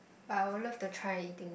but I would love to try anything